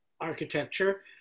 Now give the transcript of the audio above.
architecture